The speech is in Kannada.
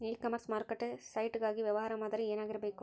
ಇ ಕಾಮರ್ಸ್ ಮಾರುಕಟ್ಟೆ ಸೈಟ್ ಗಾಗಿ ವ್ಯವಹಾರ ಮಾದರಿ ಏನಾಗಿರಬೇಕು?